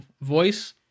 voice